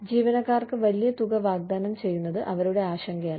ജീവനക്കാർക്ക് വലിയ തുക വാഗ്ദാനം ചെയ്യുന്നത് അവരുടെ ആശങ്കയല്ല